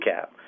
cap